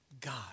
God